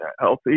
healthy